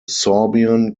sorbian